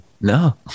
No